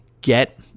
get –